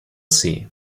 see